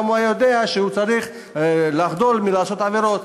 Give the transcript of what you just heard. הוא גם היה יודע שהוא צריך לחדול מלעשות עבירות.